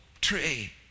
tree